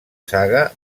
saga